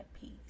peace